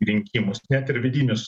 rinkimus net ir vidinius